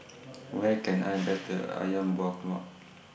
Where Can I Better Ayam Buah Keluak